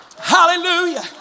Hallelujah